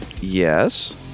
Yes